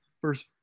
first